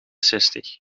zestig